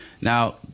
Now